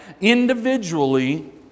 individually